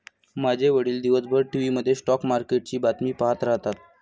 माझे वडील दिवसभर टीव्ही मध्ये स्टॉक मार्केटची बातमी पाहत राहतात